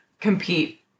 compete